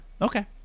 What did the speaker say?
Okay